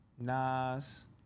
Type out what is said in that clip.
Nas